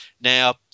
now